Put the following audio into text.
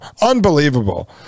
Unbelievable